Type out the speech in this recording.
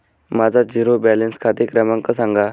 माझा zero balance खाते क्रमांक सांगा